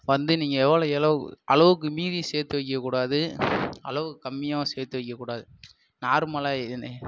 வந்து நீங்கள் எவ்வளோ எழவு அளவுக்கு மீறி சேர்த்து வைக்க கூடாது அளவுக்கு கம்மியாகவும் சேர்த்து வைக்கக் கூடாது நார்மலாக